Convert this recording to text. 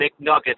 McNuggets